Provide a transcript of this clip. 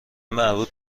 مربوط